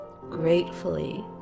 gratefully